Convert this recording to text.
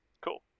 Cool